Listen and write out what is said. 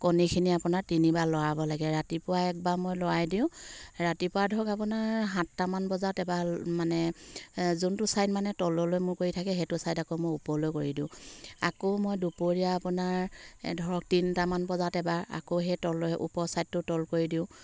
কণীখিনি আপোনাৰ তিনিবাৰ লৰাব লাগে ৰাতিপুৱা একবাৰ মই লৰাই দিওঁ ৰাতিপুৱা ধৰক আপোনাৰ সাতটামান বজাত এবাৰ মানে যোনটো ছাইড মানে তললৈ মোৰ কৰি থাকে সেইটো ছাইড আকৌ মই ওপৰলৈ কৰি দিওঁ আকৌ মই দুপৰীয়া আপোনাৰ ধৰক তিনিটামান বজাত এবাৰ আকৌ সেই তললৈ ওপৰ চাইডটো তল কৰি দিওঁ